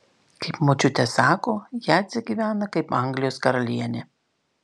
kaip močiutė sako jadzė gyvena kaip anglijos karalienė